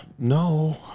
No